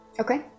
Okay